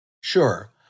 Sure